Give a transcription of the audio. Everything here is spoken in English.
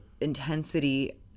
intensity